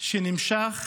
שנמשך